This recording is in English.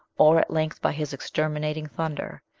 or at length by his exterminating thunder,